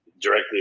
directly